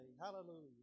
Hallelujah